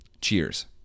Cheers